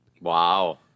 Wow